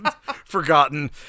forgotten